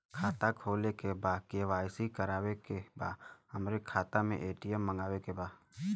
खाता खोले के बा के.वाइ.सी करावे के बा हमरे खाता के ए.टी.एम मगावे के बा?